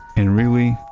and, really,